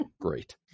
Great